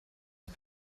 ist